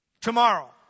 tomorrow